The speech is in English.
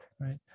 right